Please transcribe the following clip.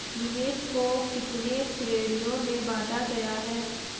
निवेश को कितने श्रेणियों में बांटा गया है?